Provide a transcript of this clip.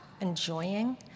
enjoying